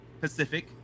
pacific